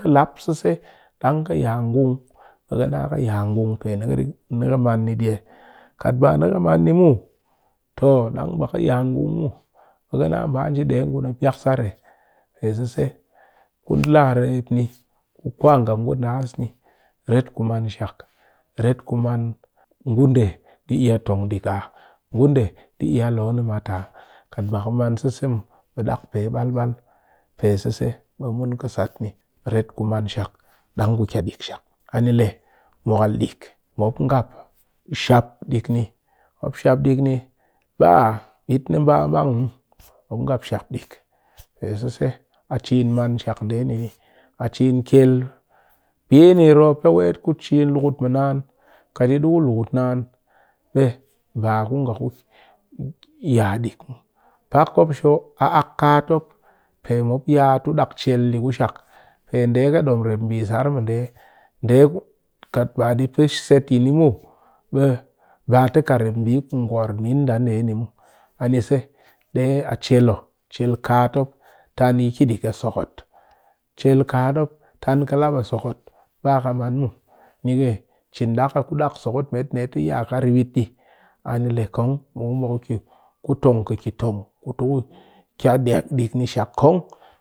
Ka lap sise ɗang ka ya ngung, ɓe ka nna ka yangung pe ni ka ni ka maan ni ndi, kat ba ni ka maan ni muw toh ɗang ba ka yangung muw, ɓe ka nna ɗi mba nji ɗe ngun a byak tsar eh, pe sise ku la rep ni, ku kwa nga ngu ndas ni ret ku maan shak. Ret ku maan ngu ndee ɗi iya tong ɗik aa ngu ndee di iya lo nimat aha kat ba ku maan sise muw ɓe ɗak pe ɓalɓal. Pe sise ɓe mun ka sat ni ret ku maan shak ɗang ku kiya ɗik shak a ni lee mwakal ɗik mop ngap shap ɗik ni, mop shap ɗik ni ba bit ni mba mang muw mop ngap shap ɗik, pe sise a ciin maan shak ndee ni ni, a ciin kyel mbii ni rop ta ku ciin lukut mu naan kat yi ɗi ku lukut naan ɓe ba ku ngap ku ya ɗik muw, pak mop shi a ak kaat mop pe mop ya tu ɗak cel ku shak pe ndee po ɗom rep mbii tsar mu ndee, ndee kat ba ɗi pɨ set yini muw ɓe ba ta kat rep mbii ku ngwar nin da ndee ni muw, a ni se ɗe a cel oh cel kat mop. Tan yi ki ɗik a sokot, cel kat mop tan ka lap a sokot ba ka maan muw ni ka cin ɗak aku ɗak sokot met ni ti yaka riɓit ɗi a ni lee kong ɓe ku mba kuki ku tong kaki tong ku ti ku kiya ɗik ni shak kong.